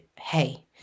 hey